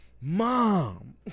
Mom